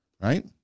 right